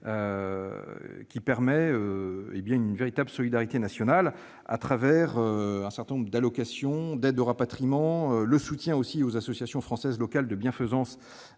il permet une véritable solidarité nationale, grâce à un certain nombre d'allocations, une aide au rapatriement, un soutien aux associations françaises locales de bienfaisance